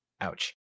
Ouch